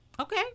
okay